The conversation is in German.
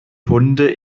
hunde